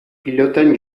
pilotan